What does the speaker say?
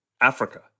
Africa